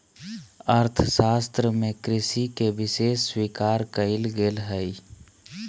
अर्थशास्त्र में कृषि के विशेष स्वीकार कइल गेल हइ